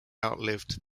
outlived